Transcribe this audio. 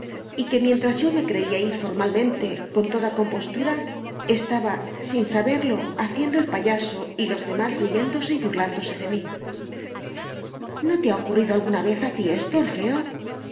y que mientras yo me creía ir formalmente con toda compostura estaba sin saberlo haciendo el payaso y los demás riéndose y burlándose de mí no te ha ocurrido alguna vez a ti esto orfeo